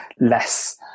less